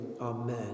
amen